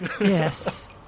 Yes